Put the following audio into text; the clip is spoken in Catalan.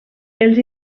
els